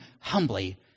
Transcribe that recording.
humbly